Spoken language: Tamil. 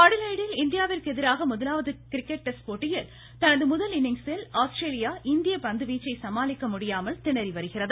அடிலெய்டில் இந்தியாவிற்கு எதிரான முதலாவது கிரிக்கெட் டெஸ்ட் போட்டியில் தனது முதல் இன்னிங்ஸில் ஆஸ்திரேலியா இந்திய பந்துவீச்சை சமாளிக்க முடியாமல் திணறி வருகிறது